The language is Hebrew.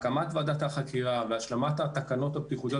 הקמת ועדת החקירה והשלמת התקנות הבטיחותיות